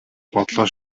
бодлоо